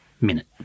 minute